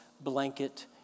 blanket